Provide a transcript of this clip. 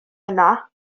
yna